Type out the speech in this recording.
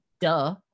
duh